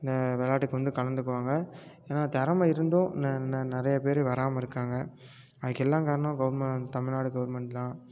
இந்த விளாட்டுக்கு வந்து கலந்துக்குவாங்க ஏனால் தெறமை இருந்தும் நிறைய பேர் வராமல் இருக்காங்க அதுக்கெல்லாம் காரணம் கவுர்மெண்ட் தமிழ்நாடு கவுர்மெண்ட் தான்